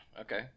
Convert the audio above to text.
Okay